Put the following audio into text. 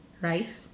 right